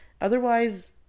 Otherwise